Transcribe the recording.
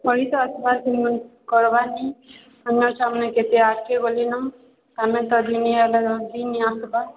ପଇସା ଆସ୍ବାର୍ କର୍ବାନି ସମୟେ ସମୟେ କେତେ ଆସ୍କେ ବୋଲି ନ କଭି କଭି ନେଇ ଆତା ବି ନେଇ ଆସ୍ବା